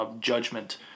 judgment